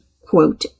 quote